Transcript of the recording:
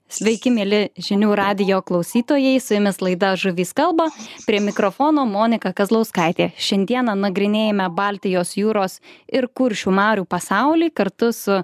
sveiki mieli žinių radijo klausytojai su jumis laida žuvys kalba prie mikrofono monika kazlauskaitė šiandieną nagrinėjame baltijos jūros ir kuršių marių pasaulį kartu su